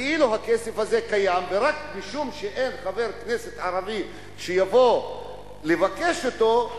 כאילו הכסף הזה קיים ורק משום שאין חבר כנסת ערבי שיבוא לבקש אותו,